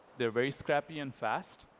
they're very scrappy and fast.